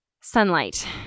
sunlight